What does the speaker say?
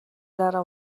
дараа